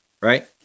right